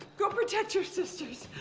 go protect your sisters.